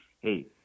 hey